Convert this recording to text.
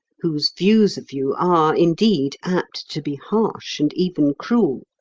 whose views of you are, indeed, apt to be harsh and even cruel.